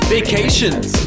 Vacations